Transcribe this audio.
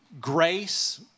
grace